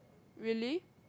really